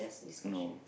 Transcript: no